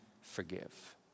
forgive